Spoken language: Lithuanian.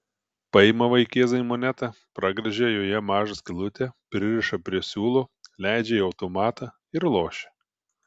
paima vaikėzai monetą pragręžia joje mažą skylutę pririša prie siūlo leidžia į automatą ir lošia